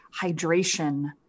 hydration